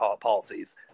policies